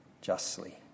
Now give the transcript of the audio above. justly